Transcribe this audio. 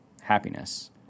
happiness